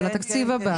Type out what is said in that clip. בתקציב הבא?